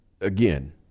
again